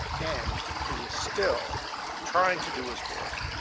and he was still trying to do his work,